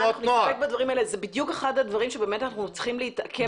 זה בדיוק אחד הדברים שאנחנו צריכים להתעכב עליהם.